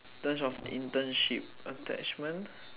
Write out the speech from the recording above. in terms of internship attachment